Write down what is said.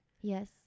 Yes